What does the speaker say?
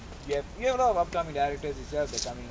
you have you have a lot of upcoming directors itself that's coming